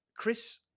Chris